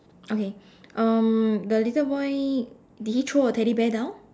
okay um the little boy did he throw a teddy bear down